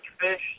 fish